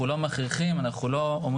אנחנו לא מכריחים,